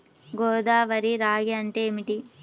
గోదావరి రాగి అంటే ఏమిటి?